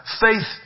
faith